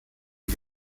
die